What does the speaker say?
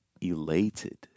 elated